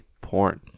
porn